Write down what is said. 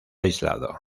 aislado